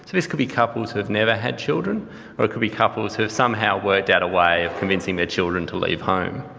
this could be couples who have never had children or it could be couples who have somehow worked out a way of convincing their children to leave home.